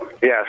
Yes